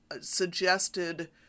suggested